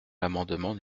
l’amendement